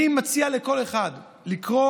אני מציע לכל אחד לקרוא,